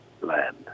land